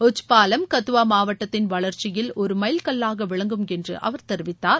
உஜ்பாலம் கத்துவா மாவட்டத்தின் வளர்ச்சியில் ஒரு மைல் கல்லாக விளங்கும் என்று அவர் தெரிவித்தார்